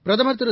பிரதமர் திரு